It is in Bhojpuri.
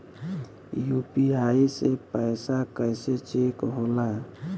यू.पी.आई से पैसा कैसे चेक होला?